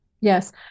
Yes